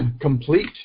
complete